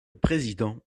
président